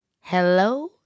Hello